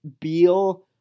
Beal